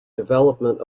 development